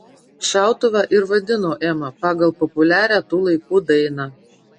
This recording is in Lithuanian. šautuvą ir vadino ema pagal populiarią tų laikų dainą